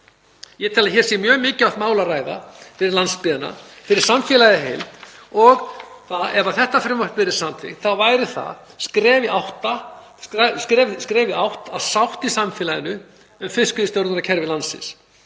Ég tel að hér sé um mjög mikilvægt mál að ræða fyrir landsbyggðina, fyrir samfélagið í heild. Ef þetta frumvarp yrði samþykkt væri það skref í átt að sátt í samfélaginu um fiskveiðistjórnarkerfi landsins.